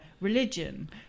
religion